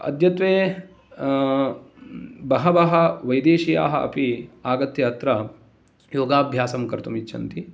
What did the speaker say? अद्यत्वे आ बहवः वैदेशियाः अपि आगत्य अत्र योगाभ्यासं कर्तुम् इच्छन्ति